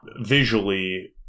visually